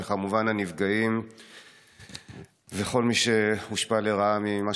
וכמובן לנפגעים וכל מי שהושפע לרעה ממה